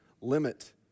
limit